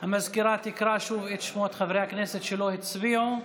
המזכירה תקרא שוב את שמות חברי הכנסת שלא הצביעו.